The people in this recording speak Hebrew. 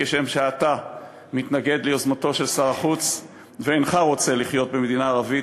כשם שאתה מתנגד ליוזמתו של שר החוץ ואינך רוצה לחיות במדינה ערבית,